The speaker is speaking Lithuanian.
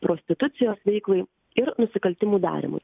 prostitucijos veiklai ir nusikaltimų darymui